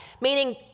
meaning